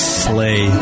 slay